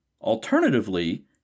Alternatively